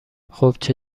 خوبچه